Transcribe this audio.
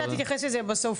אתה תתייחס לזה בסוף,